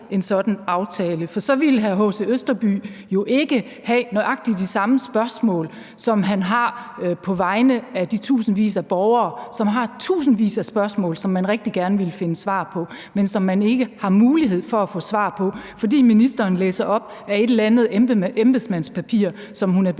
en sådan aftale, for så ville hr. H.C. Østerby jo ikke have nøjagtig de samme spørgsmål, som han har på vegne af de tusindvis af borgere, som har tusindvis af spørgsmål, som man rigtig gerne vil finde svar på, men som man ikke har mulighed for at få svar på, fordi ministeren læser op af et eller andet embedsmandspapir, som hun er